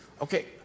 Okay